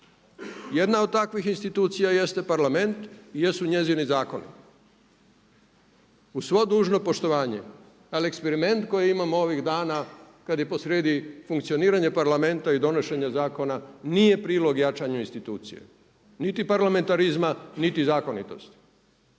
Jedna od takvih institucija jeste Parlament i njegovi zakoni. Uz svo dužno poštovanje ali eksperiment koji imamo ovih dana kad je posrijedi funkcioniranje Parlamenta i donošenje zakona nije prilog jačanju institucije niti parlamentarizma niti zakonitosti.